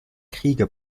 kriege